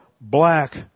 black